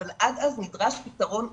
אבל עד אז נדרש פתרון דחוף'.